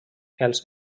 els